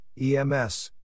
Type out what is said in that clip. EMS